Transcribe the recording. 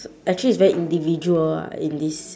s~ actually it's very individual ah in this